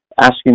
asking